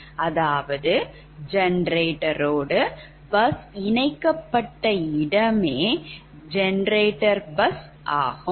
அதாவது generator load bus இணைக்கப்பட்ட இடமே generator bus ஆகும்